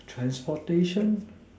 transportation